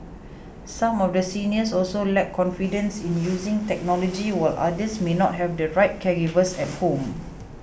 some of the seniors also lack confidence in using technology while others may not have the right caregivers at home